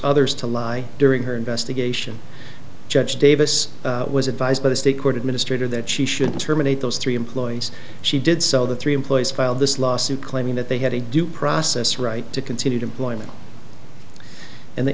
others to lie during her investigation judge davis was advised by the state court administrator that she should terminate those three employees she did so the three employees filed this lawsuit claiming that they had a due process right to continue to employment and the